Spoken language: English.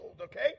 okay